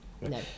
No